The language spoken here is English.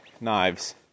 knives